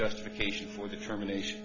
justification for the termination